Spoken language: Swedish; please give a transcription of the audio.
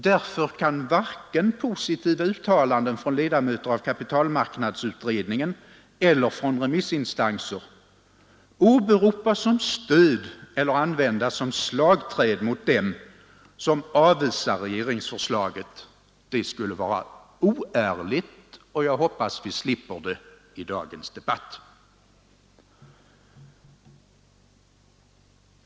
Därför kan varken positiva uttalanden från ledamöter av kapitalmarknadsutredningen eller från remissinstanser åberopas som stöd eller användas som slagträ mot den som avvisar regeringsförslaget. Det skulle vara oärligt, och jag hoppas vi slipper det i dagens debatt.